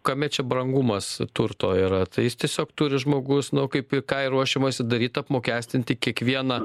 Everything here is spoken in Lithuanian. kame čia brangumas turto yra tai jis tiesiog turi žmogus nu kaip į ką ruošiamasi daryti apmokestinti kiekvieną